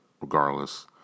regardless